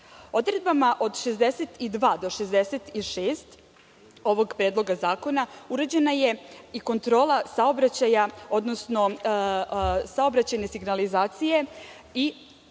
od 62. do 66. ovog predloga zakona uređena je i kontrola saobraćaja, odnosno saobraćajne signalizacije i